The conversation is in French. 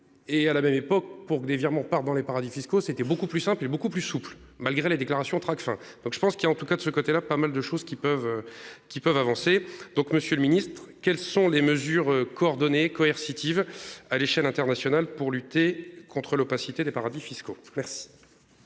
Et à la même époque pour que des virements partent dans les paradis fiscaux, c'était beaucoup plus simple et beaucoup plus souple. Malgré les déclarations Tracfin. Donc je pense qu'il y a en tout cas de ce côté-là, pas mal de choses qui peuvent qui peuvent avancer. Donc Monsieur le Ministre, quelles sont les mesures coordonnées coercitives à l'échelle internationale pour lutter contre l'opacité des paradis fiscaux.--